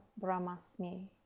brahmasmi